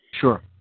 Sure